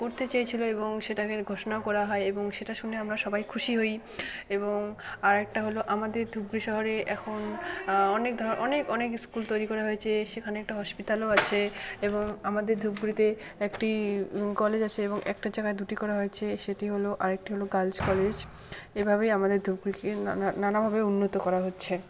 করতে চেয়েছিল এবং সেটাকে ঘোষণাও করা হয় এবং সেটা শুনে আমরা সবাই খুশি হই এবং আর একটা হল আমাদের ধূপগুড়ি শহরে এখন অনেক অনেক অনেক ইস্কুল তৈরি করা হয়েছে সেখানে একটা হসপিটালও আছে এবং আমাদের ধূপগুড়িতে একটি কলেজ আছে এবং একটার জাগায় দুটি করা হয়েছে সেটি হল আরেকটি হল গার্লস কলেজ এভাবেই আমাদের ধূপগুড়িকে নানা নানাভাবে উন্নত করা হচ্ছে